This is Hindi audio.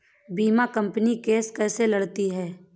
बीमा कंपनी केस कैसे लड़ती है?